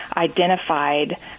identified